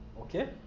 Okay